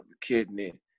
kidney